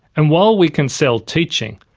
and while we can sell teaching,